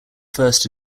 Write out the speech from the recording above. first